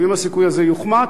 ואם הסיכוי הזה יוחמץ,